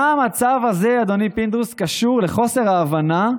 גם הצו הזה, אדוני פינדרוס, קשור לחוסר ההבנה,